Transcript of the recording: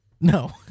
no